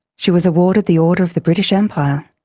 she was awarded the order of the british empire,